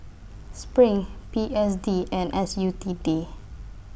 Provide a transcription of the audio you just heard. SPRING P S D and S U T D